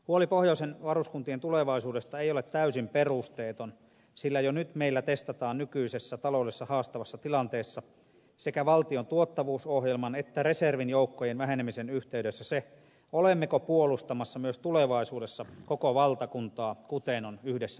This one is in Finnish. huoli pohjoisten varuskuntien tulevaisuudesta ei ole täysin perusteeton sillä jo nyt meillä testataan nykyisessä taloudellisesti haastavassa tilanteessa sekä valtion tuottavuusohjelman että reservin joukkojen vähenemisen yhteydessä se olemmeko puolustamassa myös tulevaisuudessa koko valtakuntaa kuten on yhdessä päätetty